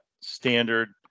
standard